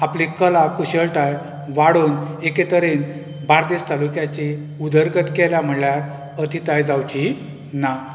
आपली कला खुशळताय वाडोवन एके तरेन बार्देस तालुक्याची उदरगत केल्या म्हणल्यार अतिताय जावचीं ना